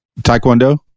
taekwondo